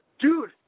dude